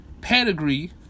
pedigree